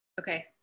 Okay